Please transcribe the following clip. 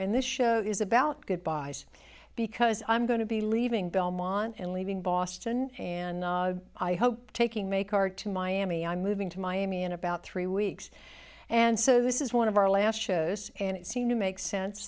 and this show is about goodbyes because i'm going to be leaving belmont and leaving boston and i hope taking make are to miami i'm moving to miami in about three weeks and so this is one of our last shows and it seemed to make sense